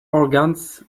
organs